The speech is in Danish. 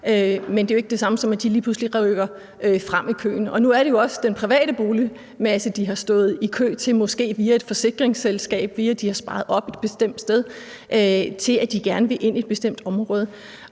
men det er jo ikke det samme, som at de lige pludselig ryger frem i køen. Og nu er det jo også den private boligmasse, de har stået i kø til – måske via et forsikringsselskab, eller via at de har sparet op et bestemt sted – fordi de gerne vil have en bolig i et bestemt område.